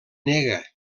nega